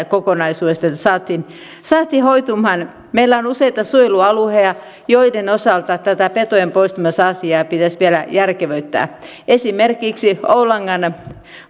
kokonaisuudesta saatiin saatiin hoitumaan meillä on useita suojelualueita joiden osalta tätä petojen poistamisasiaa pitäisi vielä järkevöittää esimerkiksi oulangan